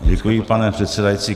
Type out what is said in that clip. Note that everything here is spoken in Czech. Děkuji, pane předsedající.